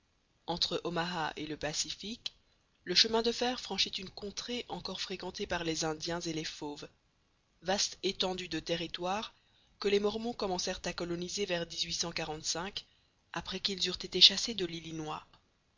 entre omaha et le pacifique le chemin de fer franchit une contrée encore fréquentée par les indiens et les fauves vaste étendue de territoire que les mormons commencèrent à coloniser vers après qu'ils eurent été chassés de l'illinois